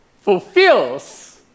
fulfills